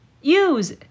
use